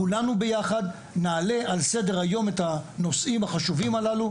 כולנו ביחד נעלה על סדר היום את הנושאים החשובים הללו,